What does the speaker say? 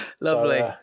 Lovely